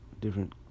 different